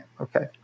okay